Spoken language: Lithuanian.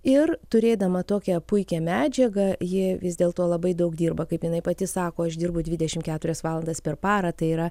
ir turėdama tokią puikią medžiagą ji vis dėl to labai daug dirba kaip jinai pati sako aš dirbu dvidešim keturias valandas per parą tai yra